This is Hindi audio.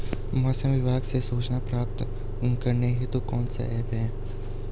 मौसम विभाग से सूचना प्राप्त करने हेतु कौन सा ऐप है?